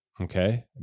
Okay